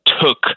took